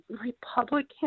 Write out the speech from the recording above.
Republican